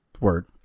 word